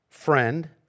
friend